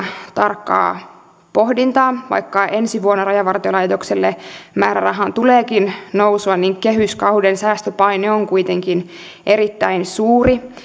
tarkkaa pohdintaa vaikka ensi vuonna rajavartiolaitokselle määrärahaan tuleekin nousua niin kehyskauden säästöpaine on kuitenkin erittäin suuri ja